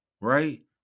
right